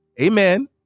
Amen